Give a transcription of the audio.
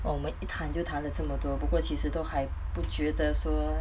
我们一谈就谈了这么多不过其实都还不觉得说